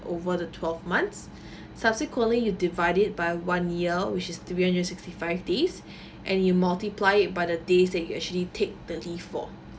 over the twelve months subsequently you divide it by one year which is three hundred and sixty five days and you multiply it by the days that you actually take the leave for